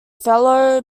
fellow